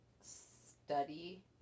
study